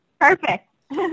Perfect